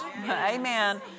Amen